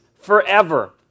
forever